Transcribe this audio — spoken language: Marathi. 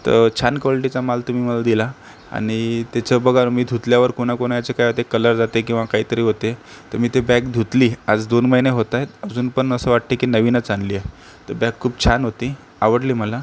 तर छान क्वालिटीचा माल तुम्ही मला दिला आणि त्याचं बघा ना मी धुतल्यावर कोणाकोणाचे काय होते कलर जाते किंवा काहीतरी होते तर मी ते बॅग धुतली आज दोन महीने होत आहेत अजून पण असं वाटतं आहे की नवीनच आणली आहे तर बॅग खूप छान होती आवडली मला